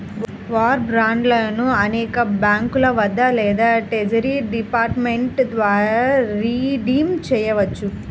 war బాండ్లను అనేక బ్యాంకుల వద్ద లేదా ట్రెజరీ డిపార్ట్మెంట్ ద్వారా రిడీమ్ చేయవచ్చు